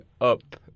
up